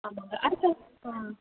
அப்படிங்களா அடுத்த